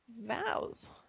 Vows